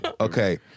Okay